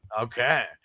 Okay